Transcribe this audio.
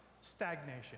Stagnation